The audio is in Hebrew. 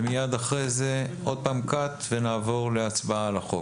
מייד אחרי זה עוד פעם 'קאט' ונעבור להצבעה על החוק.